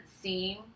seem